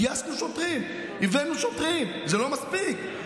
גייסנו שוטרים, הבאנו שוטרים, זה לא מספיק.